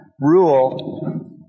rule